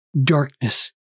darkness